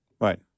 right